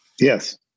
Yes